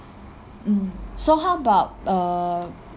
mm so how about uh